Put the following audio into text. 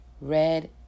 red